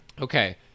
okay